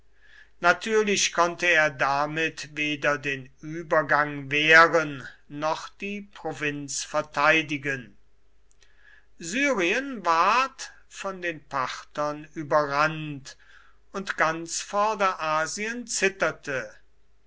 natürlich konnte er damit weder den übergang wehren noch die provinz verteidigen syrien ward von den parthern überrannt und ganz vorderasien zitterte